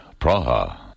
Praha